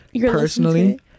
personally